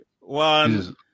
one